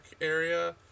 area